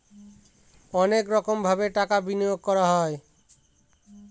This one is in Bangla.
অনেক রকমভাবে টাকা বিনিয়োগ করা হয়